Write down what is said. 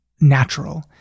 natural